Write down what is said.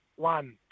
One